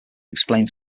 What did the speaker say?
explained